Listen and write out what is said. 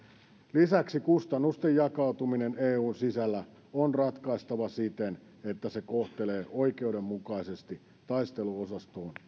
lisäksi kustannusten jakautuminen eun sisällä on ratkaistava siten että se kohtelee oikeudenmukaisesti taisteluosastoon